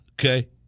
Okay